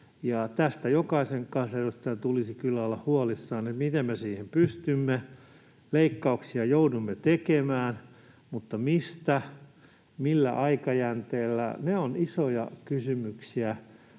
ja jokaisen kansanedustajan tulisi kyllä olla huolissaan siitä, miten me siihen pystymme. Leikkauksia joudumme tekemään, mutta mistä ja millä aikajänteellä, ne ovat isoja kysymyksiä.